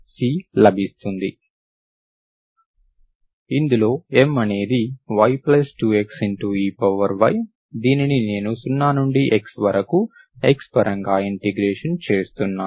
ఇందులో M అనేది y2 x ey దీనిని నేను 0 నుండి x వరకు x పరంగా ఇంటిగ్రేట్ చేస్తున్నాను